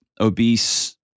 obese